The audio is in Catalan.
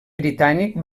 britànic